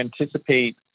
anticipate